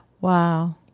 Wow